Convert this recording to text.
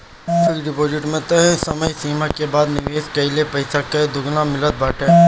fix deposit में तय समय सीमा के बाद निवेश कईल पईसा कअ दुगुना मिलत बाटे